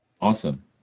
Awesome